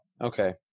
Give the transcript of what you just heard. Okay